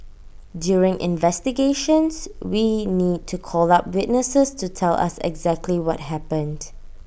during investigations we need to call up witnesses to tell us actually happened